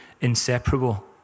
inseparable